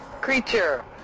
Creature